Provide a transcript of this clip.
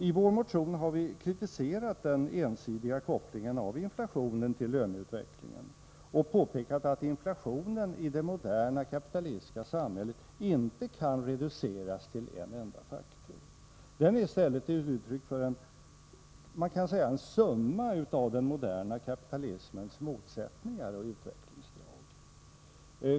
I vår motion har vi kritiserat den ensidiga kopplingen av inflationen till löneutvecklingen och päpekat att inflationen i det moderna kapitalistiska samhället inte kan reduceras till en enda faktor. Den är i stället ett uttryck för en summa av den moderna kapitalismens motsättningar och utvecklingsdrag.